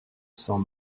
sans